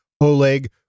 Oleg